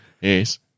yes